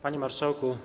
Panie Marszałku!